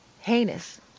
Heinous